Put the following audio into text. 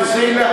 אבל זה,